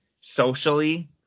socially